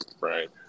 Right